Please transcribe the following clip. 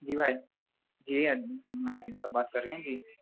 جی بھائی جی میں علیم صاحب سے بات کر رہا ہوں جی